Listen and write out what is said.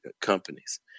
companies